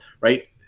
right